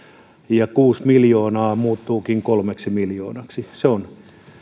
ja kuusi miljoonaa muuttuukin kolmeksi miljoonaksi se on